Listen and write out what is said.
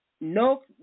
No